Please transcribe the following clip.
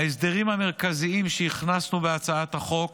ההסדרים המרכזיים שהכנסנו בהצעת החוק: